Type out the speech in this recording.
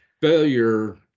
failure